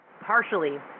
Partially